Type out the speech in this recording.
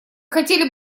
хотели